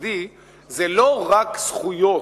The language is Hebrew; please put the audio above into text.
ב-OECD זה לא רק זכויות.